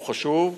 הוא חשוב,